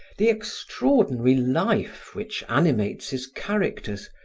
the extraordinary life which animates his characters,